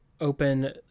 open